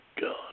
God